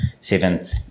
seventh